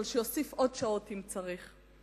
אבל שיוסיף עוד שעות אם צריך,